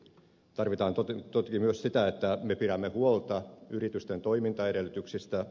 tarvitaan toki myös sitä että me pidämme huolta yritysten toimintaedellytyksistä